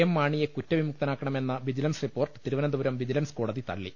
M മാണിയെ കുറ്റവിമു ക്തനാക്കണമെന്ന vigilance report Thiruvananthapuram vigilance കോടതി തള്ളി